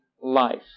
life